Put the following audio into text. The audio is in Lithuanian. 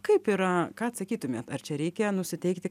kaip yra ką atsakytumėt ar čia reikia nusiteikti